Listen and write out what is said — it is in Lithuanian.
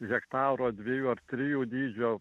hektaro dviejų ar trijų dydžio